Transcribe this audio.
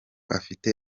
afite